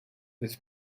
with